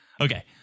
Okay